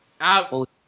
Out